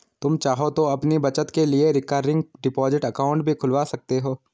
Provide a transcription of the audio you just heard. तुम चाहो तो अपनी बचत के लिए रिकरिंग डिपॉजिट अकाउंट भी खुलवा सकते हो